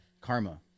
karma